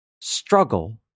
struggle